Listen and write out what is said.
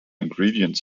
ingredients